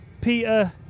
Peter